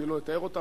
אני לא אתאר אותן.